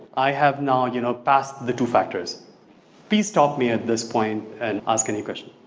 i have now you know, passed the two factors please stop me at this point and ask any question.